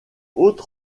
haute